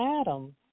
Adam